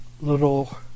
little